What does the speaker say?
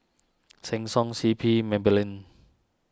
Sheng Siong C P Maybelline